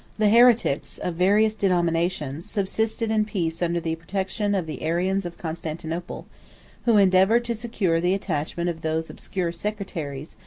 the heretics, of various denominations, subsisted in peace under the protection of the arians of constantinople who endeavored to secure the attachment of those obscure sectaries,